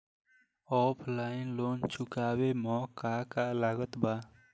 Offline loan चुकावे म का का लागत बा?